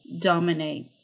dominate